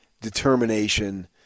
determination